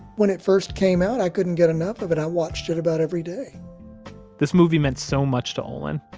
when it first came out, i couldn't get enough of it. i watched it about every day this movie meant so much to olin.